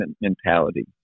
mentality